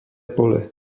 pole